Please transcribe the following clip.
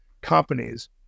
companies